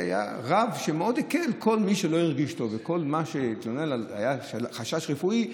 היה רב שמאוד הקל: כל מי שלא הרגיש טוב וכל מי שהתלונן והיה חשש רפואי,